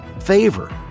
favor